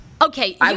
okay